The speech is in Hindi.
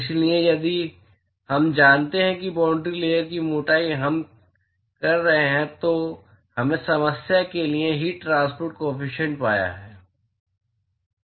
इसलिए यदि हम जानते हैं कि बाॅन्ड्री लेयर की मोटाई हम कर रहे हैं तो हमने समस्या के लिए हीट ट्रांसपोर्ट काॅफिशियंट पाया है